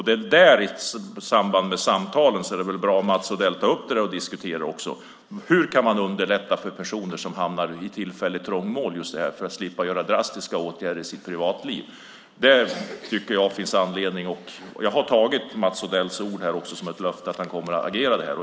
Det är bra om Mats Odell i samtalen tar upp och diskuterar hur man kan underlätta för personer som hamnar i tillfälligt trångmål så att de slipper vidta drastiska åtgärder i sitt privatliv. Jag har tagit Mats Odells ord här som ett löfte att han kommer att agera.